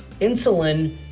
Insulin